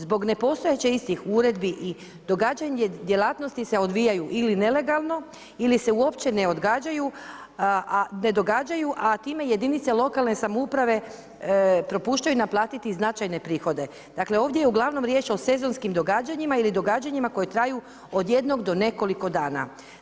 Zbog nepostojeće istih uredbi i događanje djelatnosti se odvijaju ili nelegalno ili se uopće ne događaju, a time jedinice lokalne samouprave propuštaju naplatiti značajne prihode, dakle ovdje je uglavnom riječ o sezonskim događanjima ili događanjima koje traje od jednog do nekoliko dana.